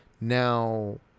Now